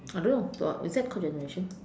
I don't know uh is that called generation